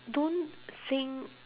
don't think